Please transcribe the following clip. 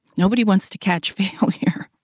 nobody wants to catch failure.